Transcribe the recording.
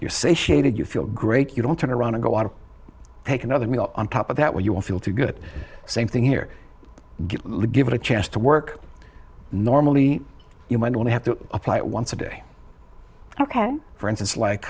you're satiated you feel great you don't turn around and go out to take another meal on top of that where you will feel to get the same thing here to give it a chance to work normally you might want to have to apply at once a day ok for instance like